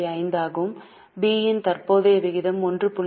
5 ஆகவும் B இன் தற்போதைய விகிதம் 1